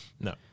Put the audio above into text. No